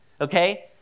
Okay